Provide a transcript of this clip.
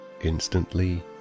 instantly